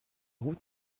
route